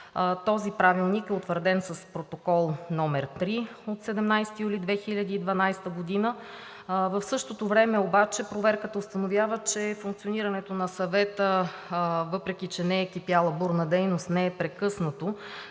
Този правилник е утвърден с Протокол № 3 от 17 юли 2012 г. В същото време обаче проверката установява, че функционирането на Съвета, въпреки че не е кипяла бурна дейност, не е прекъснато.